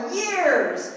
years